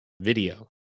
video